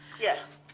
yes.